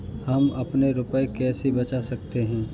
हम अपने रुपये कैसे बचा सकते हैं?